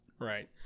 Right